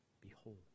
Behold